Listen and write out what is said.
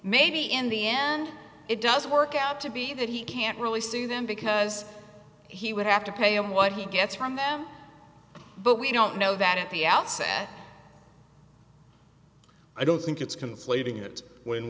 maybe in the end it doesn't work out to be that he can't really see them because he would have to pay him what he gets from them but we don't know that at the outset i don't think it's